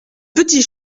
petit